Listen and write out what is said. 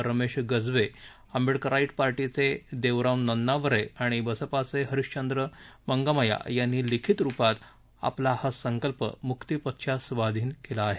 रमेश गजबे आंबेडकराइट पार्टीचे देवराव नन्नावरे आणि बसपाचे हरिंबंद्र मंगामया यांनी लिखित रुपात आपला हा संकल्प म्क्तिपथच्या स्वाधीन केला आहे